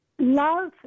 Love